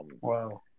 Wow